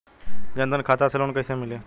जन धन खाता से लोन कैसे मिली?